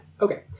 Okay